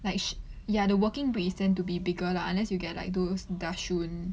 like ya the working breed tends to be bigger lah unless you get like those dachshund